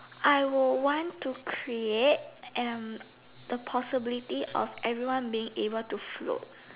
I will want to create um the possibility of everyone being able to float